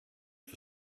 for